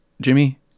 Jimmy